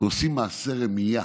ועושים מעשה רמייה,